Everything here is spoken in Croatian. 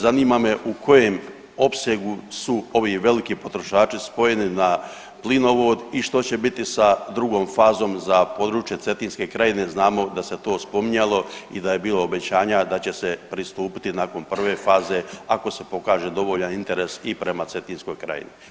Zanima me u kojem opsegu su ovi veliki potrošači spojeni na plinovod i što će bit sa drugom fazom za područje Cetinske krajine, znamo da se to spominjalo i da je bilo obećanja da će se pristupiti nakon prve faze ako se pokaže dovoljan interes i prema Cetinskoj krajini.